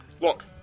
Look